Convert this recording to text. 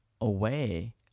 away